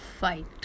fight